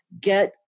get